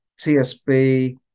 tsb